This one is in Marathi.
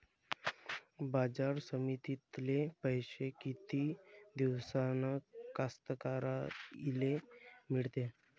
बाजार समितीतले पैशे किती दिवसानं कास्तकाराइले मिळते?